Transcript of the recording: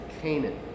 Canaan